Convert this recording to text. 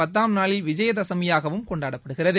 பத்தாம் நாளில் விஜயதசமியாகவும் கொண்டாடப்படுகிறது